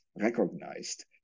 recognized